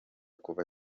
kuva